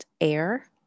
air